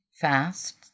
fast